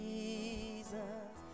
Jesus